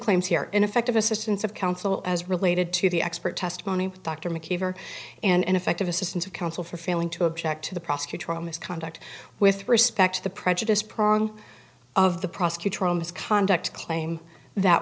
claims here ineffective assistance of counsel as related to the expert testimony dr mckeever and ineffective assistance of counsel for failing to object to the prosecutorial misconduct with respect to the prejudice prong of the prosecutor from his conduct claim that